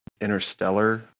interstellar